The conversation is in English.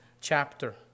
chapter